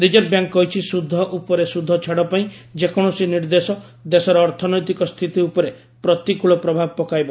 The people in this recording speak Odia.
ରିଜର୍ଭ ବ୍ୟାଙ୍କ କହିଛି ସୁଧ ଉପରେ ସୁଧ ଛାଡ ପାଇଁ ଯେକୌଣସି ନିର୍ଦ୍ଦେଶ ଦେଶର ଅର୍ଥନୈତିକ ସ୍ଥିତି ଉପରେ ପ୍ରତିକୂଳ ପ୍ରଭାବ ପକାଇବ